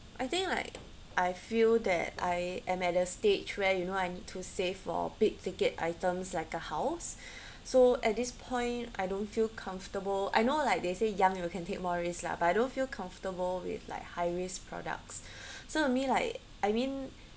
I think like I feel that I am at the stage where you know I need to save for big ticket items like a house so at this point I don't feel comfortable I know like they say young you can take more risk lah but I don't feel comfortable with like high risk products so with me like I mean